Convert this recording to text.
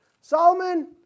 Solomon